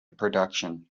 production